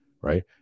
Right